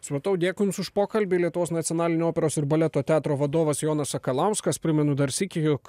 supratau dėkui jums už pokalbį lietuvos nacionalinio operos ir baleto teatro vadovas jonas sakalauskas primenu dar sykį jog